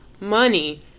money